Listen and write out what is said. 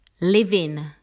living